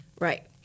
Right